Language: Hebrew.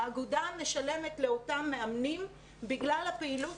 האגודה משלמת לאותם מאמנים בגלל הפעילות